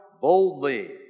boldly